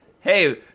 hey